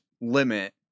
limit